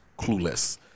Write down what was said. clueless